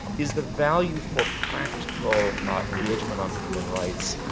is the value for practical engagement on human rights,